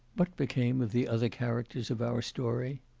but became of the other characters of our story?